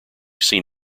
seen